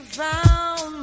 found